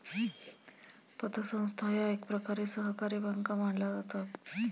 पतसंस्था या एकप्रकारे सहकारी बँका मानल्या जातात